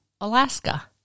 Alaska